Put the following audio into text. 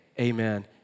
Amen